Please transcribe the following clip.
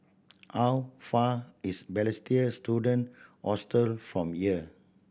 how far is Balestier Student Hostel from here